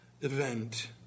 event